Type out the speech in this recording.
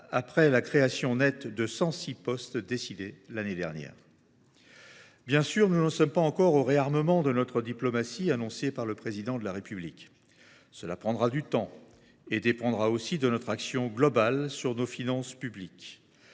après la création nette de 106 postes décidée l’année dernière. Bien sûr, nous n’en sommes pas encore au réarmement de notre diplomatie annoncé par le Président de la République. Cela prendra du temps et dépendra aussi de notre action globale sur nos finances publiques,